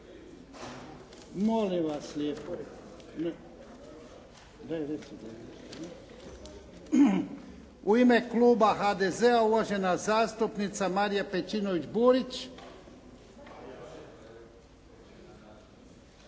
Molim vas lijepo. U ime kluba HDZ-a uvažena zastupnica Marija Pejčinović Burić.